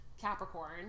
Capricorn –